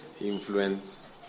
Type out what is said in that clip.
Influence